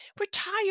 Retire